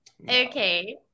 Okay